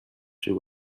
шиг